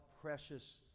precious